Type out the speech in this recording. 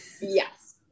yes